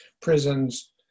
prisons